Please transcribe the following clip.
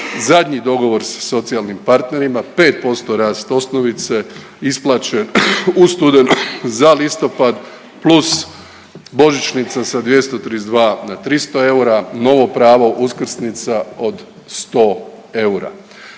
zadnji dogovor sa socijalnim partnerima 5% rast osnovice, isplaćen u studenom za listopad plus božićnica sa 232 na 300 eura, novo pravo uskrsnica od 100 eura.